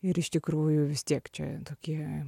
ir iš tikrųjų vis tiek čia tokie